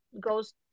goes